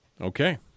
Okay